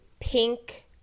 pink